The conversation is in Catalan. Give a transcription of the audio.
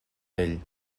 vell